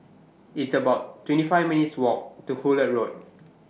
It's about twenty five minutes' Walk to Hullet Road